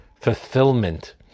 fulfillment